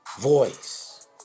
voice